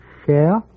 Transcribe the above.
share